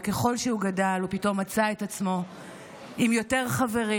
וככל שהוא גדל הוא פתאום מצא את עצמו עם יותר חברים,